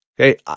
Okay